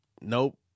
nope